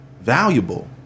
valuable